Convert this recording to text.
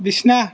বিছনা